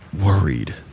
worried